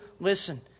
Listen